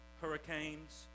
hurricanes